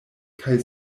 kaj